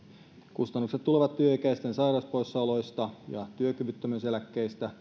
kustannukset tulevat työikäisten sairauspoissaoloista ja työkyvyttömyyseläkkeistä